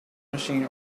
machine